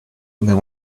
than